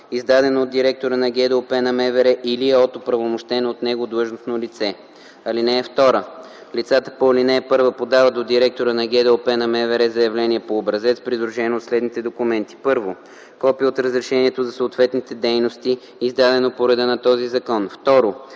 издадено от директора на ГДОП на МВР или от оправомощено от него длъжностно лице. (2) Лицата по ал. 1 подават до директора на ГДОП на МВР заявление по образец, придружено от следните документи: 1. копие от разрешението за съответните дейности, издадено по реда на този закон; 2.